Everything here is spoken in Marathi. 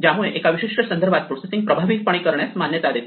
ज्यामुळे एका विशिष्ट संदर्भात प्रोसेसिंग प्रभावीपणे करण्यास मान्यता देते